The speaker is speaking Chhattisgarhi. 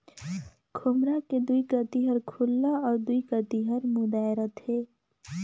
खोम्हरा के दुई कती हर खुल्ला अउ दुई कती हर मुदाए रहथे